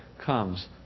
comes